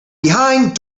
behind